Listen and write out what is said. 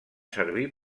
servir